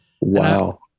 Wow